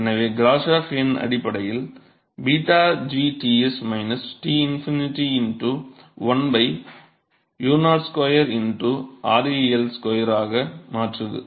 எனவே கிராஷோஃப் எண் அடிப்படையில் 𝞫 gTs T∞ l u02 ReL2 ஆக மாற்றுகிறது